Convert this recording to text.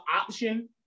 option